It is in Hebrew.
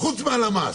חוץ מהלמ"ס.